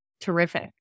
Terrific